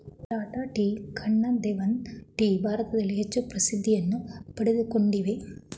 Tata tea, Kannan Devan tea ಭಾರತದಲ್ಲಿ ಹೆಚ್ಚು ಪ್ರಸಿದ್ಧಿಯನ್ನು ಪಡಕೊಂಡಿವೆ